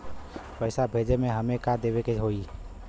पैसा भेजे में हमे का का देवे के होई?